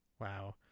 Wow